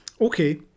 Okay